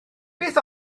beth